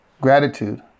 gratitude